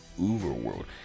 Uberworld